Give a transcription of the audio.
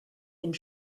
and